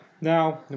Now